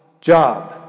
job